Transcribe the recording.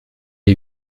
est